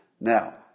Now